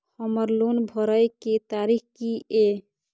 हमर लोन भरए के तारीख की ये?